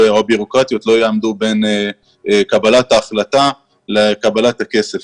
בירוקרטיות לא יעמדו בין קבלת ההחלטה לקבלת הכסף.